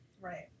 Right